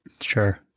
Sure